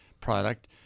product